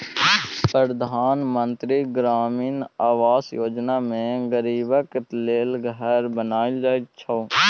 परधान मन्त्री ग्रामीण आबास योजना मे गरीबक लेल घर बनाएल जाइ छै